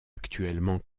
actuellement